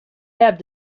have